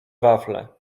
wafle